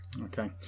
Okay